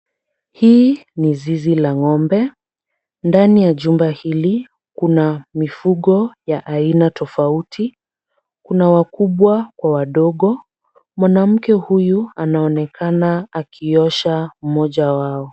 Hii ni zizi la ngombe. Ndani ya jumba hili kuna mifugo ya aina tofauti. Kuna wakubwa kwa wadogo. Mwanamke huyu anaonekana akiosha mmoja wao.